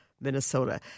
Minnesota